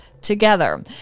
together